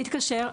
להתקשר,